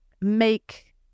make